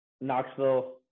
Knoxville